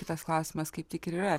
kitas klausimas kaip ir yra